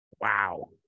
wow